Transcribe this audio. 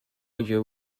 your